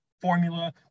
formula